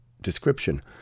description